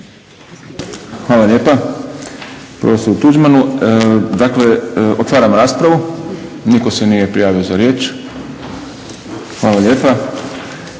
Hvala lijepa profesoru Tuđmanu. Otvaram raspravu. Nitko se nije prijavio za riječ. Hvala lijepa.